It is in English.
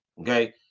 Okay